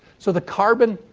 so, the carbon,